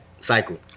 cycle